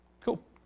Cool